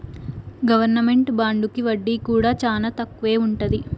government బాండుకి వడ్డీ కూడా చానా తక్కువే ఉంటది